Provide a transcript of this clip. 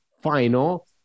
final